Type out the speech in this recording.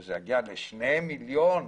וזה יגיע לשני מיליון,